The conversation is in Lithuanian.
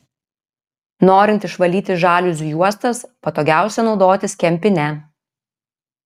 norint išvalyti žaliuzių juostas patogiausia naudotis kempine